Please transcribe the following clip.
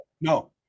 No